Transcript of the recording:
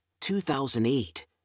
2008